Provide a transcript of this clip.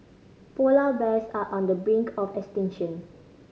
polar bears are on the brink of extinction